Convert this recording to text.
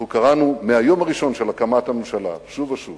אנחנו קראנו מהיום הראשון של הקמת הממשלה שוב ושוב